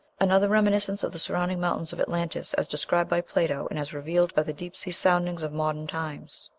another reminiscence of the surrounding mountains of atlantis as described by plato, and as revealed by the deep-sea soundings of modern times.